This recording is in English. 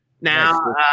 Now